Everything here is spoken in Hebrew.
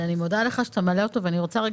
אני מודה לך שאתה מעלה אותו ואני רוצה רגע